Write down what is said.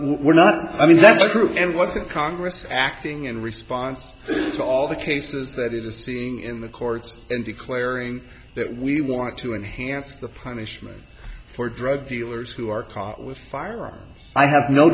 we're not i mean that's true and lots of congress acting in response to all the cases that it is in the courts and declaring that we want to enhance the punishment for drug dealers who are caught with fire i have no